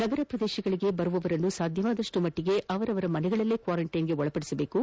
ನಗರ ಪ್ರದೇಶಗಳಿಗೆ ಬರುವವರನ್ನು ಸಾಧ್ಯವಾದಷ್ಟು ಮಟ್ಟಗೆ ಅವರವರ ಮನೆಗಳಲ್ಲೇ ಕ್ವಾರಂಟೈನ್ ಮಾಡಬೇಕು